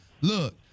Look